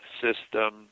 system